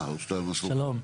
שלום.